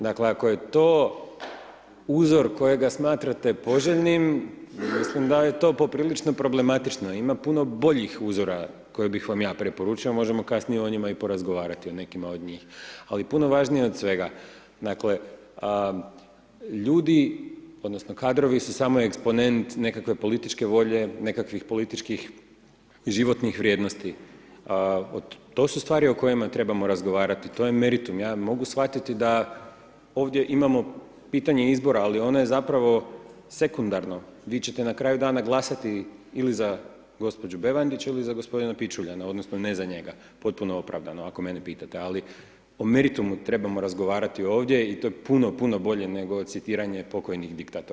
Dakle, ako je to uzor kojega smatrate poželjnim, mislim da je to poprilično problematično, ima puno boljih uzora koje bih vam ja preporučio, a možemo kasnije i o njima i porazgovarati, o nekima od njih, ali puno važnije od svega, dakle, ljudi, odnosno kadrovi su samo eksponent nekakve političke volje, nekakvih političkih i životnih vrijednosti, to su stvari o kojima trebamo razgovarati, to je meritum, ja mogu shvatiti da ovdje imamo pitanje izbora, ali on je zapravo sekundarno, vi će te na kraju dana glasati, ili za gospođu Bevandić ili za gospodina Pičuljana, odnosno ne za njega, potpuno opravdano ako mene pitate, ali o meritumu trebamo razgovarati ovdje i to je puno, puno bolje nego citiranje pokojnih diktatora.